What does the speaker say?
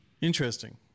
Interesting